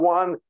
one